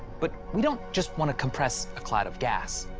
but we don't just want to compress a cloud of gas.